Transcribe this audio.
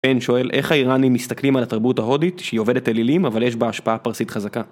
פן שואל איך האיראנים מסתכלים על התרבות ההודית שהיא עובדת אלילים אבל יש בה השפעה פרסית חזקה